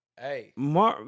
Hey